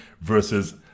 versus